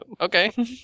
Okay